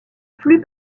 plus